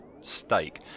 stake